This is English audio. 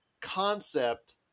concept